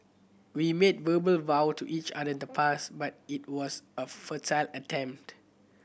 we made verbal vow to each other the past but it was a futile attempt